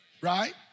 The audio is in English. right